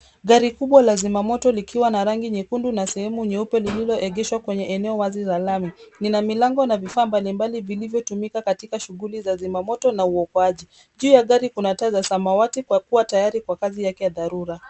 Gari kubwa la zimamoto likiwa na rangi nyekundu na sehemu nyeupe lililoegeshwa kwenye eneo wazi la lami. Lina milango na vifaa mbalimbali vilivyotumika katika shughuli za zimamoto na uokoaji. Juu ya gari kuna taa za samawati kwa kuwa tayari kwa kazi yake ya dharura.